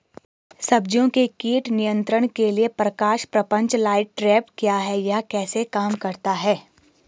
सब्जियों के कीट नियंत्रण के लिए प्रकाश प्रपंच लाइट ट्रैप क्या है यह कैसे काम करता है?